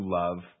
love